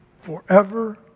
forever